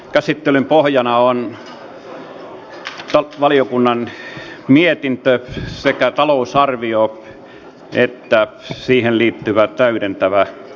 käsittelyn pohjana on valiokunnan mietintö sekä lisätalousarviosta että siihen liittyvästä täydentävästä esityksestä